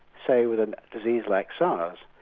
say with a disease like sars,